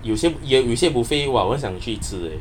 有些有些 buffet !wah! 我想去吃 eh